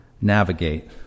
navigate